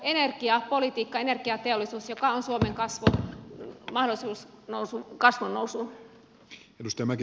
energiapolitiikka energiateollisuus on suomen mahdollisuus kasvun nousuun